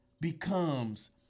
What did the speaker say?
becomes